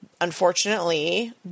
unfortunately